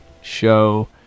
show